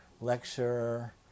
lecturer